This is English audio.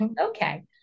Okay